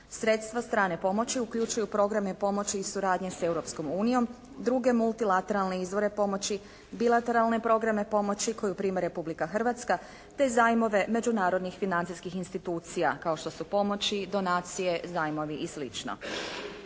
Sredstva strane pomoći uključuju programe i pomoći i suradnje s Europskom unijom, druge multilateralne izvore pomoći, bilateralne programe pomoći koju prima Republika Hrvatska te zajmove međunarodnih financijskih institucija, kao što su pomoći, donacije, zajmovi i